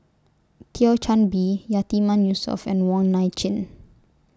Thio Chan Bee Yatiman Yusof and Wong Nai Chin